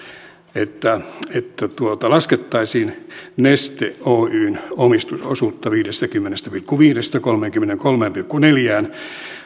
että että laskettaisiin neste oyjn omistusosuutta viidestäkymmenestä pilkku viidestä kolmeenkymmeneenkolmeen pilkku neljään